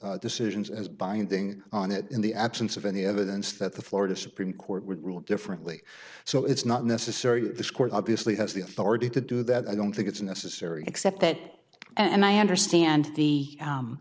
court decisions as binding on it in the absence of any evidence that the florida supreme court would rule differently so it's not necessary that this court obviously has the authority to do that i don't think it's necessary except that and i understand the